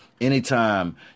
Anytime